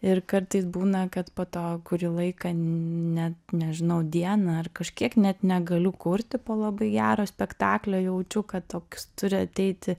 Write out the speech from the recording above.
ir kartais būna kad po to kurį laiką ne nežinau dieną ar kažkiek net negaliu kurti po labai gero spektaklio jaučiu kad toks turi ateiti